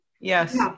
Yes